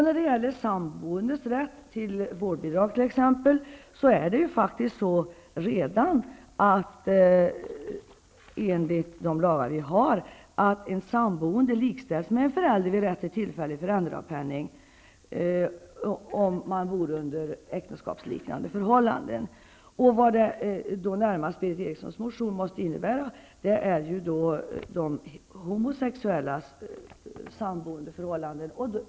När det gäller samboendes rätt till exempelvis vårdbidrag är det faktiskt enligt gällande lagar så, att en samboende likställs med en förälder när det gäller rätten till tillfällig föräldrapenning om man bor under äktenskapsliknande förhållanden. Berith Erikssons motion måste således närmast gälla de homosexuellas samboendeförhållanden.